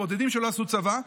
הבודדים שלא עשו צבא,